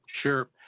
Sure